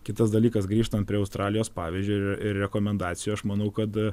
kitas dalykas grįžtant prie australijos pavyzdžio ir ir rekomendacijų aš manau kad